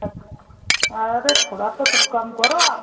अच्छा अरे थोड़ा तो कम करो आप